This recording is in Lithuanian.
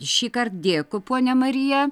šįkart dėkui ponia marija